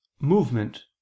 movement